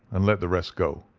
and let the rest go.